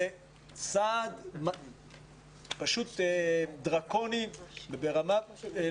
זה צעד פשוט דרקוני וברמה לא הגיונית.